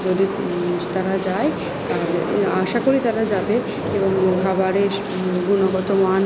যদি তারা যায় আমি আশা করি তারা যাবে এবং খাবারের গুণগত মান